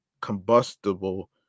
combustible